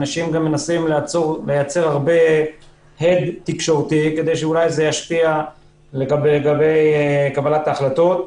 אנשים מנסים לייצר הרבה הד תקשורתי כדי להשפיע אולי על קבלת ההחלטות.